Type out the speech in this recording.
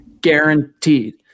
Guaranteed